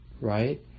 right